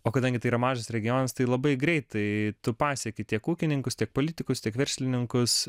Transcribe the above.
o kadangi tai yra mažas regionas tai labai greitai tu pasieki tiek ūkininkus tiek politikus tiek verslininkus